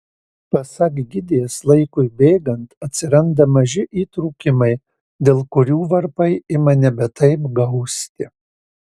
pasak gidės laikui bėgant atsiranda maži įtrūkimai dėl kurių varpai ima nebe taip gausti